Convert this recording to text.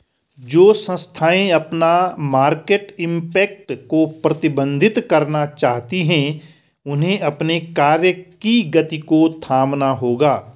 जो संस्थाएं अपना मार्केट इम्पैक्ट को प्रबंधित करना चाहती हैं उन्हें अपने कार्य की गति को थामना होगा